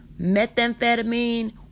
methamphetamine